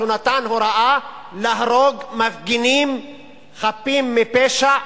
שהוא נתן הוראה להרוג מפגינים חפים מפשע,